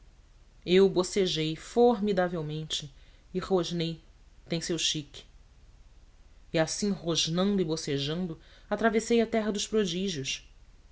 eu bocejei formidavelmente e rosnei tem seu chic e assim rosnando e bocejando atravessei a terra dos prodígios